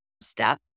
step